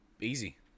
easy